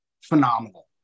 phenomenal